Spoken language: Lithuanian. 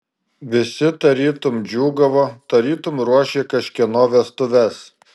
visi tarytum džiūgavo tarytum ruošė kažkieno vestuves